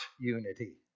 unity